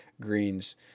greens